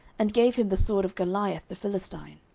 and gave him the sword of goliath the philistine.